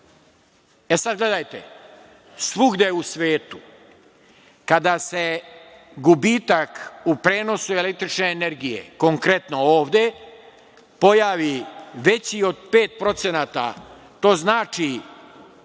Sada gledajte, svugde u svetu kada se gubitak u prenosu električne energije, konkretno ovde, pojavi veći od 5%, to znači